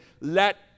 Let